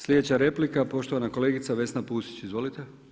Sljedeća replika poštovana kolegica Vesna Pusić, izvolite.